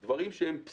אלה דברים בסיסיים,